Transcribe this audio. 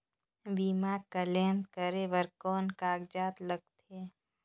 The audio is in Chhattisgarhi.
बीमा क्लेम करे बर कौन कागजात लगथे?